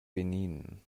benin